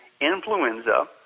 influenza